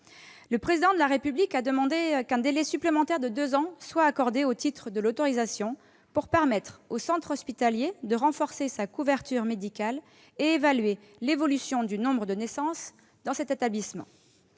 Le Président de la République a demandé qu'un délai supplémentaire de deux ans soit accordé au titre de l'autorisation pour permettre au centre hospitalier de renforcer sa couverture médicale et prendre en considération l'évolution du nombre de naissances dans cet établissement.